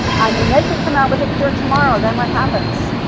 i mean, they could come out with a cure tomorrow, then what happens?